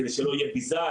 כדי שלא יהיה ביזה,